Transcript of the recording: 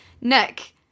Nick